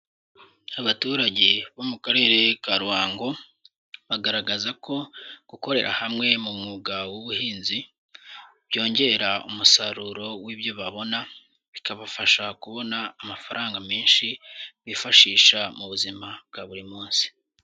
Abaturage bo mu Karere ka Ruhango, bagaragaza ko gukorera hamwe mu mwuga w'ubuhinzi, byongera umusaruro w'ibyo babona, bikabafasha kubona amafaranga menshi bifashisha mu buzima bwa buri munsi.